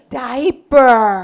diaper